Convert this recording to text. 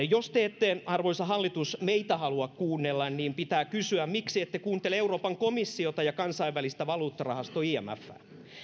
jos ette arvoisa hallitus meitä halua kuunnella pitää kysyä miksi ette kuuntele euroopan komissiota ja kansainvälistä valuuttarahastoa imfää